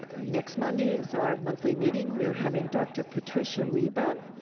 ah next monday is our monthly meeting. we are having dr. patricia reba